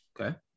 Okay